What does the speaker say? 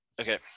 Okay